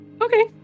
Okay